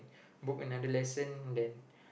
book another lesson then